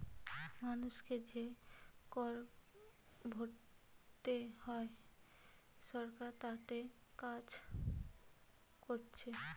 মানুষকে যে কর ভোরতে হয় সরকার তাতে কাজ কোরছে